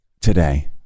today